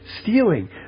stealing